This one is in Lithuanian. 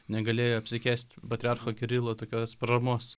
negalėjo apsikęst patriarcho kirilo tokios paramos